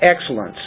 excellence